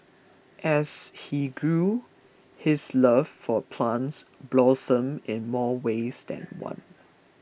as he grew his love for plants blossomed in more ways than one